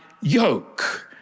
yoke